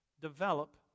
Develop